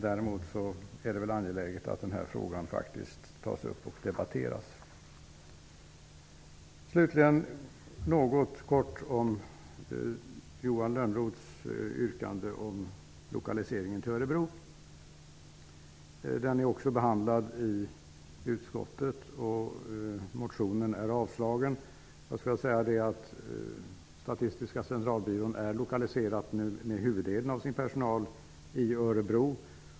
Däremot är det angeläget att frågan faktiskt tas upp och debatteras. Slutligen vill jag säga något om Johan Lönnroths yrkande om lokaliseringen till Örebro. Motionen har behandlats och avslagits i utskottet. Huvuddelen av Statistiska centralbyråns personal är lokaliserad till Örebro.